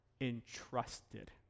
entrusted